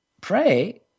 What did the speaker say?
pray